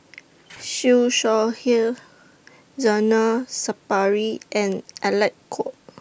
Siew Shaw Her Zainal Sapari and Alec Kuok